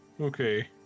Okay